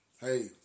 hey